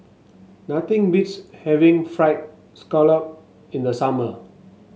nothing beats having fried Scallop in the summer